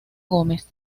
gómez